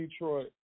detroit